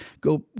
go